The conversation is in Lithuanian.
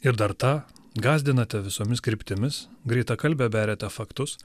ir dar tą gąsdinate visomis kryptimis greitakalbe beriate faktus